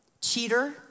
cheater